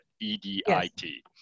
E-D-I-T